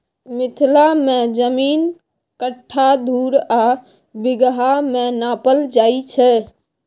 मिथिला मे जमीन कट्ठा, धुर आ बिगहा मे नापल जाइ छै